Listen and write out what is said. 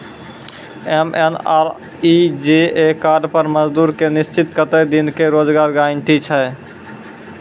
MNREGA card पर मजदुर के निश्चित कत्तेक दिन के रोजगार गारंटी छै?